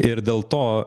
ir dėl to